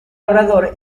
labrador